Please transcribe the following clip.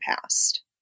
past